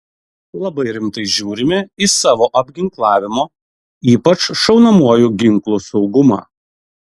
labai rimtai žiūrime į savo apginklavimo ypač šaunamuoju ginklu saugumą